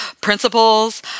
principles